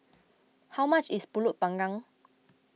how much is Pulut Panggang